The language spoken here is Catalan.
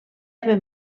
haver